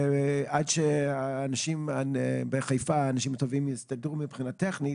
עד שהאנשים הטובים בחיפה יסתדרו מבחינה טכנית,